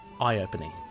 eye-opening